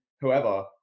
whoever